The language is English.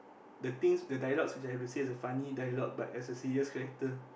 the things the dialogue which I have to say is a funny dialogue but as a serious character